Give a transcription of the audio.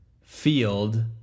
field